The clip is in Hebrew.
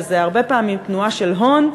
שזה הרבה פעמים תנועה של הון,